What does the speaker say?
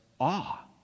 awe